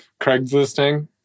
Craigslisting